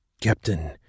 Captain